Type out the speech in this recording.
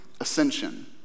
ascension